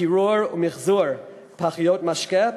קירור ומיחזור פחיות משקה?